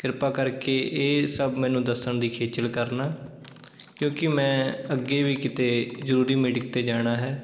ਕਿਰਪਾ ਕਰਕੇ ਇਹ ਸਭ ਮੈਨੂੰ ਦੱਸਣ ਦੀ ਖੇਚਲ ਕਰਨਾ ਕਿਉਂਕਿ ਮੈਂ ਅੱਗੇ ਵੀ ਕਿਤੇ ਜ਼ਰੂਰੀ ਮੀਟਿੰਗ 'ਤੇ ਜਾਣਾ ਹੈ